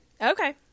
Okay